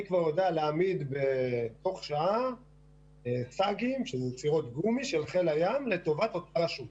אני כבר יודע להעמיד בתוך שעה סירות גומי של חיל הים לטובת משהו.